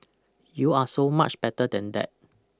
you are so much better than that